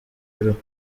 y’uruhu